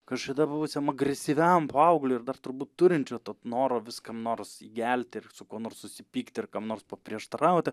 kažkada buvusiam agresyviam paaugliui ir dar turbūt turinčio to noro vis kam nors įgelti ir su kuo nors susipykti ir kam nors paprieštarauti